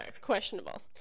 questionable